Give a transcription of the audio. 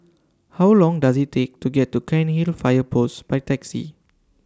How Long Does IT Take to get to Cairnhill Fire Post By Taxi